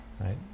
right